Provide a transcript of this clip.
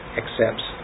accepts